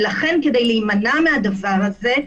ולכן, כדי להימנע מהדבר הזה,